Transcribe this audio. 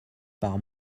par